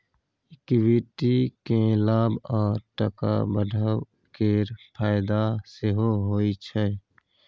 equity केँ लाभ आ टका बढ़ब केर फाएदा सेहो होइ छै